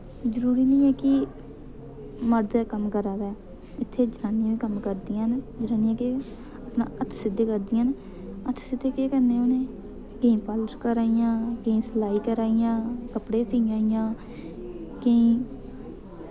जरुरी निं ऐ कि मर्द गै कम्म करै दा ऐ इत्थै जनानियां बी कम्म करदियां न जनानियां कि अपना हत्थ सिद्धे करदियां न हत्थ सिद्धे केह् करने उ'नें केईं पालिश करै दियां केईं सलाई करै दियां कपड़े सियै दियां केईं